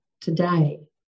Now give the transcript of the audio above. today